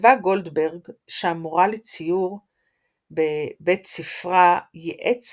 כתבה גולדברג שהמורה לציור בבית ספרה ייעץ